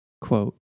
Quote